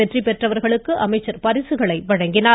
வெற்றி பெற்றவர்களுக்கு அமைச்சர் பரிசுகளை வழங்கினார்